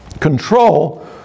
control